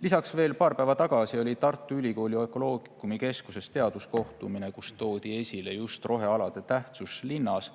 Lisaks, veel paar päeva tagasi oli Tartu Ülikooli Oecologicumi keskuses teaduskohtumine, kus toodi esile just rohealade tähtsust linnas,